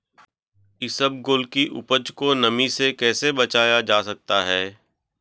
इसबगोल की उपज को नमी से कैसे बचाया जा सकता है?